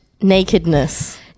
nakedness